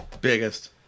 Biggest